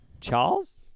Charles